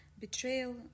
betrayal